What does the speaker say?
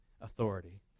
authority